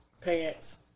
pants